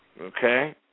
Okay